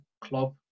club